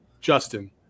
Justin